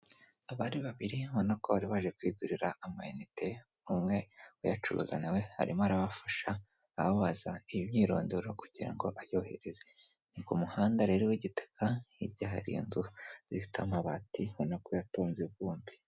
Abari babiri ubona ko bari baje kwigurira amanite, umwe uyacuruza nawe arimo arabafasha ababaza imyirondoro kugira ngo ayohereze. Ni ku muhanda rero w'igitaka hirya hari inzu zifite amabati ubona ko yatonze ivumbi.